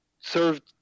served